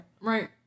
Right